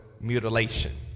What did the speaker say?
mutilation